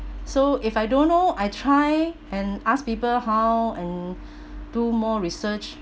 so if I don't know I try and ask people how and do more research